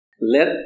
Let